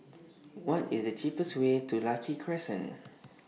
What IS The cheapest Way to Lucky Crescent